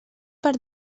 per